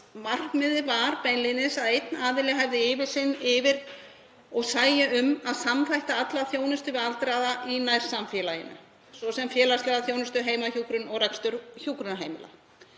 markmiðið var beinlínis að einn aðili hefði yfirsýn yfir og sæi um að samþætta alla þjónustu við aldraða í nærsamfélaginu, svo sem félagslega þjónustu, heimahjúkrun og rekstur hjúkrunarheimila.